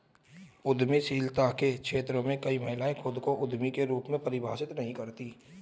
उद्यमशीलता के क्षेत्र में कई महिलाएं खुद को उद्यमी के रूप में परिभाषित नहीं करती